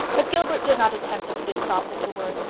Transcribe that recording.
but gilbert did not attempt to put his thoughts into words,